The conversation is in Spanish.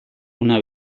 una